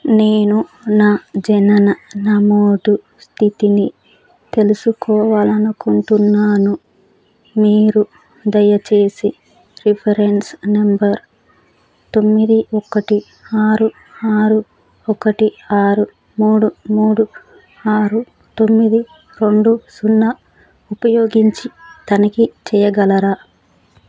నేను నా జనన నమోదు స్థితిని తెలుసుకోవాలని అనుకుంటున్నాను మీరు దయచేసి రిఫరెన్స్ నెంబర్ తొమ్మిది ఒకటి ఆరు ఆరు ఒకటి ఆరు మూడు మూడు ఆరు తొమ్మిది రెండు సున్నా ఉపయోగించి తనిఖీ చేయగలరా